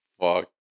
Fuck